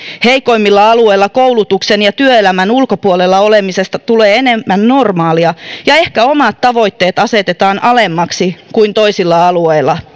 heikoimmilla alueilla koulutuksen ja työelämän ulkopuolella olemisesta tulee enemmän normaalia ja ehkä omat tavoitteet asetetaan alemmaksi kuin toisilla alueilla